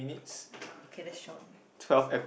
uh okay that's short